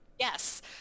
Yes